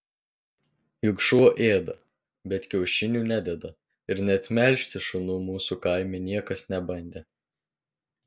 juk šuo ėda bet kiaušinių nededa ir net melžti šunų mūsų kaime niekas nebandė